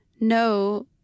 no